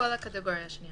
לכל הקטגוריה השנייה.